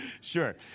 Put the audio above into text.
Sure